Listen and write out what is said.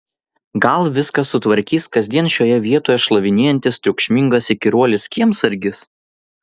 gal viską sutvarkys kasdien šioje vietoj šlavinėjantis triukšmingas įkyruolis kiemsargis